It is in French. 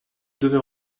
devait